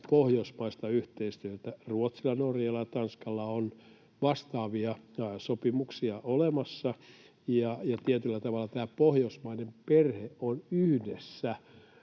pohjoismaista yhteistyötä. Ruotsilla. Norjalla ja Tanskalla on vastaavia sopimuksia olemassa. Tietyllä tavalla tämä pohjoismainen perhe on yhdessä